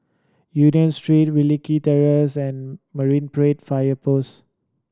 Union Street Wilkie Terrace and Marine Parade Fire Post